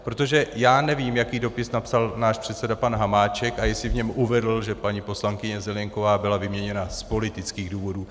Protože já nevím, jaký dopis napsal náš předseda pan Hamáček a jestli v něm uvedl, že paní poslankyně Zelienková byla vyměněna z politických důvodů.